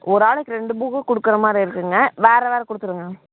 ஒரு ஆளுக்கு ரெண்டு புக்கு கொடுக்கறமாரி இருக்குங்க வேறு வேறு கொடுத்துருங்க